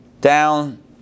down